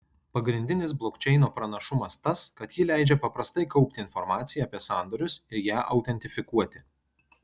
pagrindinis blokčeino pranašumas tas kad ji leidžia paprastai kaupti informaciją apie sandorius ir ją autentifikuoti